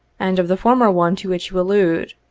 and of the former one to which you allude.